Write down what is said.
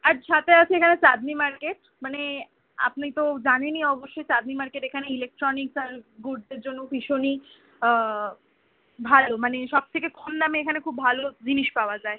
আর সাথে আছে এখানে চাঁদনী মার্কেট মানে আপনি তো জানেনই অবশ্যই চাঁদনী মার্কেট এখানে ইলেকট্রনিক্স অ্যান্ড গুডসের জন্য ভীষণই ভালো মানে সব থেকে কম দামে এখানে খুব ভালো জিনিস পাওয়া যায়